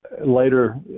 Later